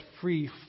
free